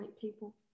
people